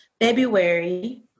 February